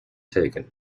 taken